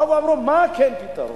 באו ואמרו: מה כן הפתרון?